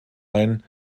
ein